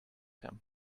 him